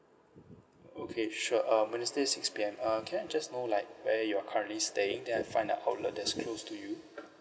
okay sure um wednesday six P_M uh can I just know like where you're currently staying then I'll find the outlet that's close to you